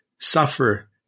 suffer